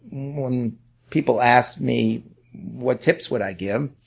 when people ask me what tips would i give,